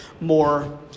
more –